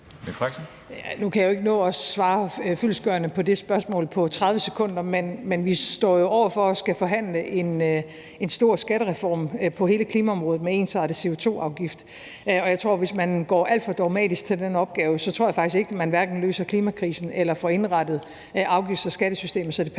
Nu kan jeg jo ikke nå at svare fyldestgørende på det spørgsmål på 30 sekunder, men vi står over for at skulle forhandle en stor skattereform på hele klimaområdet med ensartet CO2-afgift, og hvis man går alt for dogmatisk til den opgave, tror jeg ikke at man løser klimakrisen eller får indrettet afgifts- og skattesystemet,